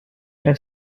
elle